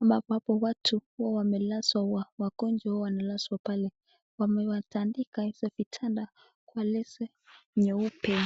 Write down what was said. ambapo hapo watu huwa wamelazwa wagonjwa wanalazwa pale. Wamewatandika hizo vitanda kwa lese nyeupe.